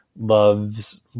loves